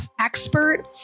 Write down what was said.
expert